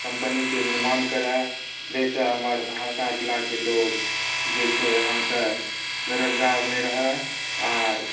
कम्पनीके निर्माण करए जाहिसँ हमर सहरसा जिलाके लोक जे छै अहाँकेॅं बेरोजगार नहि रहए आर